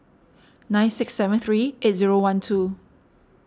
nine six seven three eight zero one two